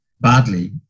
badly